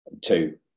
two